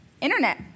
internet